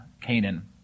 Canaan